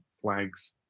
flags